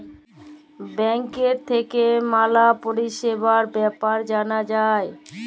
ব্যাংকের থাক্যে ম্যালা পরিষেবার বেপার জালা যায়